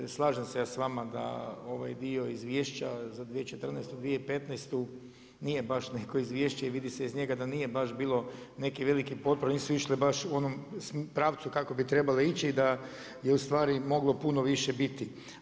Slažem se ja s vama da ovaj dio izvješća za 2014., 2015. nije baš neko izvješće i vidi se iz njega da nije baš bilo neke velike potpore, nisu išle u onom pravcu kako bi trebale ići i da je ustvari moglo puno više biti.